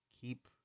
keep